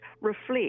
reflect